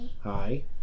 Hi